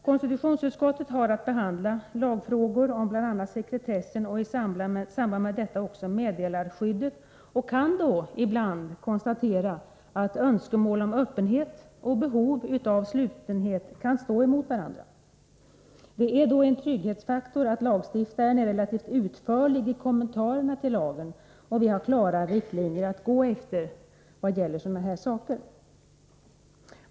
Konstitutionsutskottet har att behandla lagfrågor om bl.a. sekretessen, och i samband med detta också om meddelarskyddet, och kan då ibland konstatera att önskemål om öppenhet och behov av slutenhet kan stå emot varandra. Det är då en trygghetsfaktor att lagstiftaren är relativt utförlig i kommentarerna till lagen och att vi har klara riktlinjer att gå efter vad gäller sådana här saker.